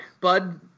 Bud